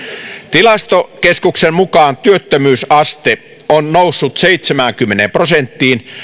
tilastokeskuksen mukaan työllisyysaste on noussut seitsemäänkymmeneen prosenttiin